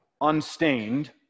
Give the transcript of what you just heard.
unstained